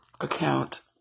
account